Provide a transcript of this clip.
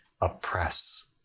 oppress